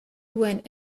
duen